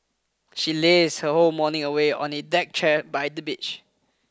she lazed her whole morning away on a deck chair by the beach